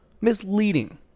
misleading